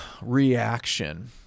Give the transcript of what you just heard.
Reaction